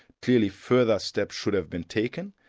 clearly further steps should have been taken,